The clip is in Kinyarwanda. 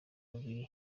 babiri